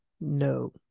No